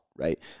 Right